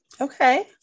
okay